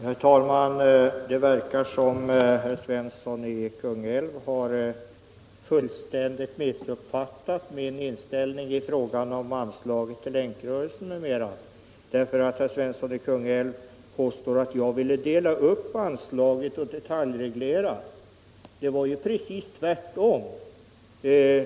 Herr talman! Det verkar som om herr Svensson i Kungälv fullständigt missuppfattat vad jag sade om anslaget till Länkrörelsen m.m. Herr Svensson i Kungälv påstår att jag vill dela upp anslaget och detaljreglera det. Det är precis tvärsom.